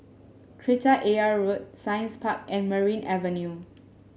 Kreta Ayer Road Science Park and Merryn Avenue